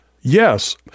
yes